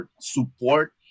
support